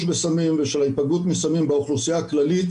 בסמים ושל ההיפגעות מסמים באוכלוסייה הכללית.